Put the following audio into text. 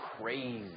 crazy